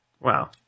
Wow